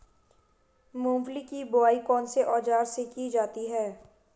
मूंगफली की बुआई कौनसे औज़ार से की जाती है?